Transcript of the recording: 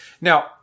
Now